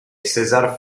césar